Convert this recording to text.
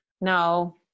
No